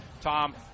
Tom